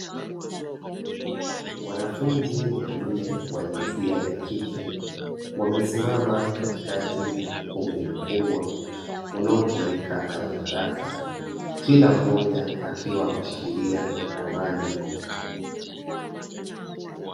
Wanafunzi wanne wa jinsia ya kike wamesimama katikati ya ukumbi mkubwa uanaotumika kama darasa. Kila mmoja akiwa ameshikilia ramani mkononi.